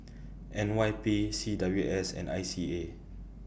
N Y P C W S and I C A